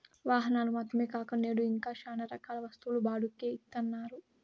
వాహనాలు మాత్రమే కాక నేడు ఇంకా శ్యానా రకాల వస్తువులు బాడుక్కి ఇత్తన్నారు